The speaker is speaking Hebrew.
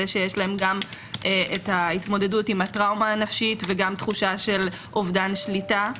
שיש להם גם התמודדות עם הטראומה הנפשית וגם תחושה של אובדן שליטה.